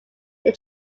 they